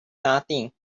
nothing